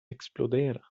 explodera